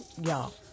y'all